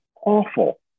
awful